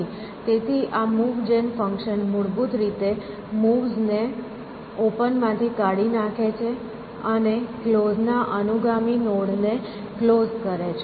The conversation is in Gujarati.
તેથી આ મુવ જેન ફંકશન મૂળભૂત રીતે મૂવ્સ ને ઓપન માંથી કાઢી નાખે છે અને કલોઝ ના અનુગામી નોડે ને કલોઝ કરે છે